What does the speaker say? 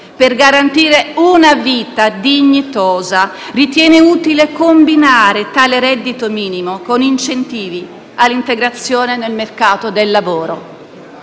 per garantire una vita dignitosa e ritiene utile combinare tale reddito minimo con incentivi all'integrazione nel mercato del lavoro.